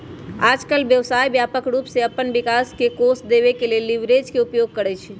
याजकाल व्यवसाय व्यापक रूप से अप्पन विकास के कोष देबे के लेल लिवरेज के उपयोग करइ छइ